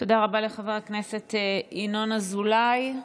תודה רבה לחבר הכנסת ינון אזולאי.